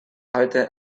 heute